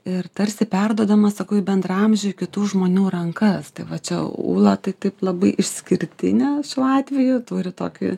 ir tarsi perduodamas sakau į bendraamžiui į kitų žmonių rankas tai va čia ūla tai taip labai išskirtinė šiuo atveju turi tokį